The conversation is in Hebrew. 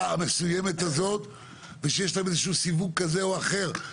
המסוימת הזאת ושיש להם סיווג כזה או אחר.